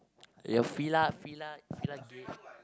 your Fila Fila Fila gay